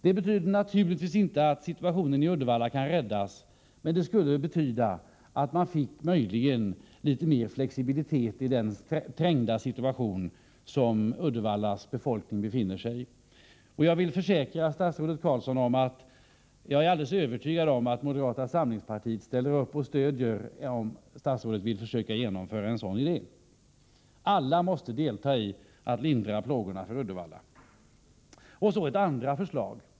Det betyder naturligtvis inte att situationen i Uddevalla kan räddas, men det skulle möjligen betyda att man fick litet mer flexibilitet i den trängda situation som Uddevallas befolkning befinner sig i. Jag vill försäkra statsrådet Carlsson att moderata samlingspartiet kommer att stödja statsrådet om han vill försöka genomföra en sådan idé. Alla måste delta i arbetet på att lindra plågorna för Uddevalla. Och så ett andra förslag.